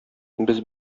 без